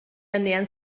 ernähren